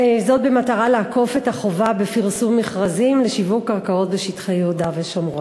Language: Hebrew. במטרה לעקוף את החובה לפרסם מכרזים לשיווק קרקעות בשטחי יהודה ושומרון.